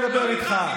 אני אענה לך.